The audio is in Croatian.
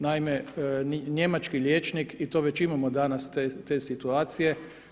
Naime, njemački liječnik i to već imamo danas te situacije.